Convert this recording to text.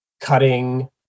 cutting